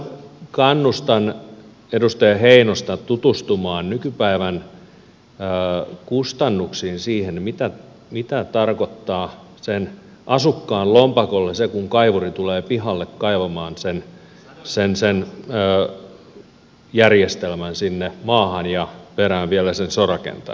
kannustan edustaja heinosta tutustumaan nykypäivän kustannuksiin siihen mitä tarkoittaa sen asukkaan lompakolle se kun kaivuri tulee pihalle kaivamaan sen järjestelmän sinne maahan ja perään vielä sen sorakentän